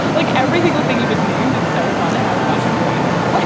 like, every single thing you just named is so fun. and i would watch it right now. like